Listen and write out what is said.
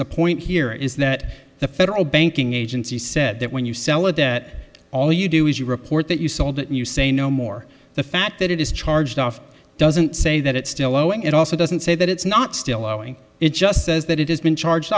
the point here is that the federal banking agency said that when you sell it at all you do is you report that you sold it and you say no more the fact that it is charged off doesn't say that it's still owing it also doesn't say that it's not still owing it just says that it has been charged